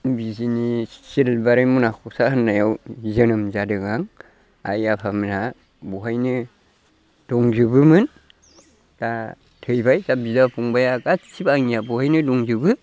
बिजिनि सिलबारि मनाख'सा होननायाव जोनोम जादों आं आइ आफा मोना बेवहायनो दंजोबोमोन दा थैबाय दा बिदा फंबाइआ गासिबो आंनिया बेवहायनो दंजोबो